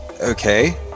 Okay